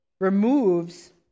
removes